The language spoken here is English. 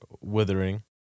Withering